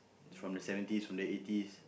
from the seventies from the eighties